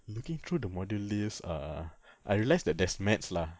looking through the module list err I realised that there's maths lah